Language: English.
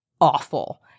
awful